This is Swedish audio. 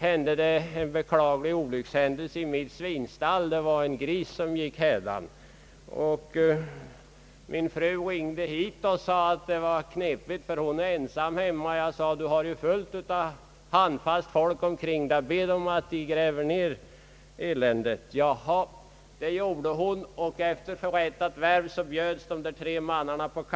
inträffade det en beklaglig olyckshändelse i mitt svinstall — en gris gick hädan. Min fru ringde hit till riksdagen och sade att det var en knepig situation för henne, då hon var ensam hemma. Jag svarade henne att hon hade fullt av handfast folk omkring sig och att hon skulle be några av militärerna att gräva ned eländet åt henne. Det gjorde hon, och efter förrättat värv bjöds de tre mannarna på kaffe.